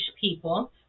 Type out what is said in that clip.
people